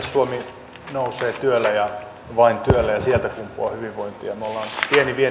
suomi nousee työllä ja vain työllä ja sieltä kumpuaa hyvinvointia